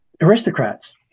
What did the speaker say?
aristocrats